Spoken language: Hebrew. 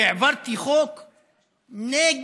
העברתי חוק נגד.